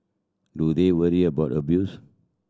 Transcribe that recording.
do they worry about abuse